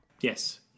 yes